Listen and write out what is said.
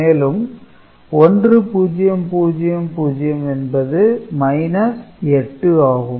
மேலும் 1000 என்பது 8 ஆகும்